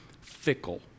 fickle